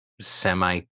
semi